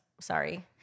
Sorry